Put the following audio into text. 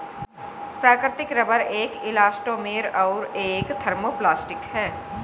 प्राकृतिक रबर एक इलास्टोमेर और एक थर्मोप्लास्टिक है